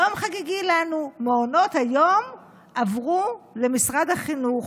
יום חגיגי לנו, מעונות היום עברו למשרד החינוך,